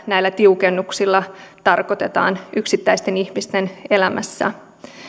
näillä tiukennuksilla tarkoitetaan yksittäisten ihmisten elämässä